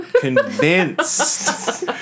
convinced